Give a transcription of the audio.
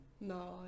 No